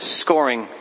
scoring